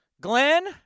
Glenn